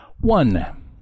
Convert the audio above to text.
One